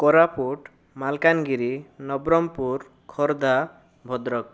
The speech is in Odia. କୋରାପୁଟ ମାଲକାନଗିରି ନବରଙ୍ଗପୁର ଖୋର୍ଦ୍ଧା ଭଦ୍ରକ